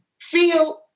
feel